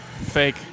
Fake